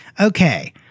Okay